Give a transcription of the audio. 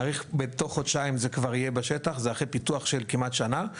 בתוך חודשיים זה כבר יהיה בשטח זה אחרי פיתוח של כמעט שנה.